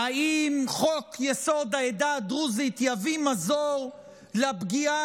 האם חוק-יסוד העדה הדרוזית יביא מזור לפגיעה